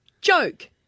joke